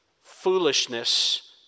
Foolishness